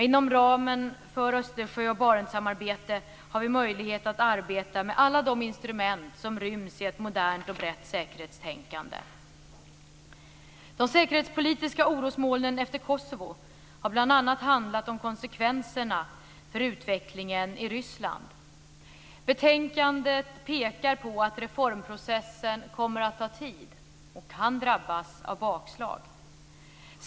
Inom ramen för Östersjö och Barentssamarbetet har vi möjlighet att arbeta med alla de instrument som ryms i ett modernt rättssäkerhetstänkande. De säkerhetspolitiska orosmolnen efter Kosovo har bl.a. handlat om konsekvenserna för utvecklingen i Ryssland. Betänkandet pekar på att reformprocessen kommer att ta tid och på att den kan drabbas av bakslag.